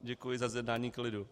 Děkuji za zjednání klidu.